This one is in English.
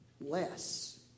less